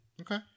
okay